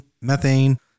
methane